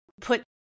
put